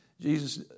Jesus